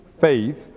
faith